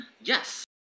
Yes